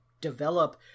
develop